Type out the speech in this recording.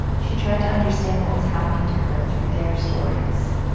she tried to understand what was happening to her through their stories